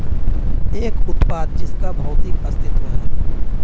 एक उत्पाद जिसका भौतिक अस्तित्व है?